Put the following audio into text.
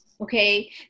Okay